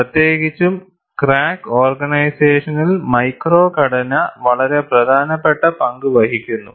പ്രത്യേകിച്ചും ക്രാക്ക് ഓർഗനൈസേഷനിൽ മൈക്രോ ഘടന വളരെ പ്രധാനപ്പെട്ട പങ്ക് വഹിക്കുന്നു